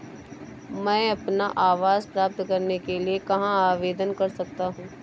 मैं अपना आवास प्राप्त करने के लिए कहाँ आवेदन कर सकता हूँ?